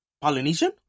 Polynesian